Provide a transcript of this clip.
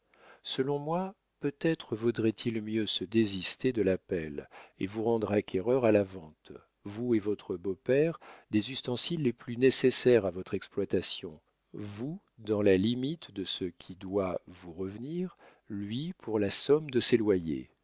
selon moi peut-être vaudrait-il mieux se désister de l'appel et vous rendre acquéreurs à la vente vous et votre beau-père des ustensiles les plus nécessaires à votre exploitation vous dans la limite de ce qui doit vous revenir lui pour la somme de ses